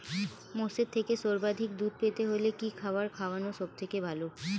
মোষের থেকে সর্বাধিক দুধ পেতে হলে কি খাবার খাওয়ানো সবথেকে ভালো?